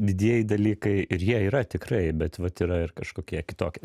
didieji dalykai ir jie yra tikrai bet vat yra ir kažkokie kitokie